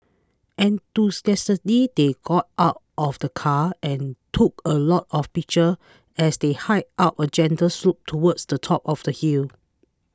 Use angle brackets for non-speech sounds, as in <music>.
enthusiastically they got out of the car and took a lot of pictures as they hiked up a gentle slope towards the top of the hill <noise>